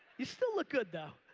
you still look good though.